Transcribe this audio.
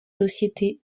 sociétés